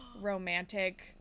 romantic